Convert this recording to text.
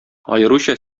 аеруча